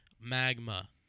Magma